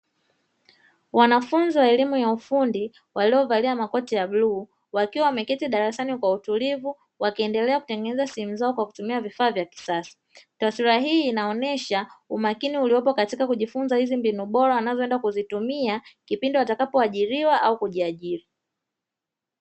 Wanafunzi wa elimu ya ufundi waliovalia makoti ya bluu, wakiwa wameketi darasani kwa utulivu wakiendelea kutengeneza simu zao, taswira hii inaonyesha umakini uliopo katika kujifunza hizi mbinu bora wanzaoenda kuzitumia kipindi watakachoajiriwa au kujiajiri.